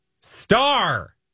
star